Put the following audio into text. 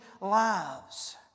lives